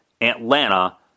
Atlanta